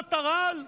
מכונת הרעל?